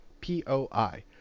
P-O-I